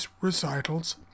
recitals